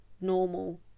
normal